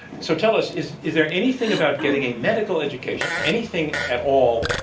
so tell us, is is there anything about getting a medical education, anything at all,